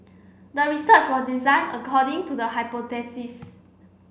the research was designed according to the hypothesis